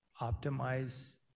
Optimize